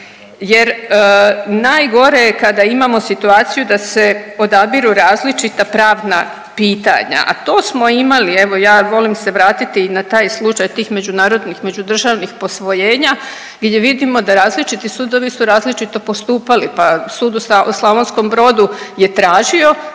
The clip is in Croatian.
jer najgore je kada imamo situaciju da se odabiru različita pravna pitanja, a to smo imali. Evo ja volim se vratiti na taj slučaj tih međunarodnih, međudržavnih posvojenja gdje vidimo da različiti sudovi su različito postupali, pa Sud u Slavonskom Brodu je tražio